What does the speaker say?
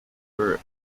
her